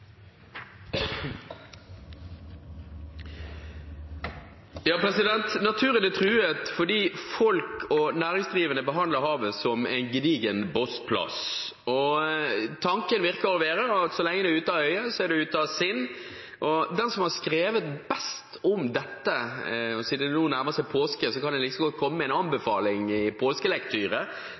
fordi folk og næringsdrivende behandler havet som en gedigen bossplass. Tanken virker å være at så lenge det er ute av øye, er det ute av sinn. Den som har skrevet best om dette – og siden den nå nærmer seg påske, kan jeg likeså godt komme med en anbefaling